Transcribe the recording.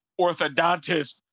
orthodontist